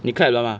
你 clap 了吗